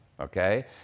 okay